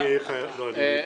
לא, אני מתנצל.